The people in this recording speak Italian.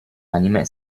anime